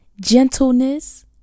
gentleness